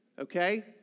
Okay